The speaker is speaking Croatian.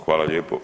Hvala lijepo.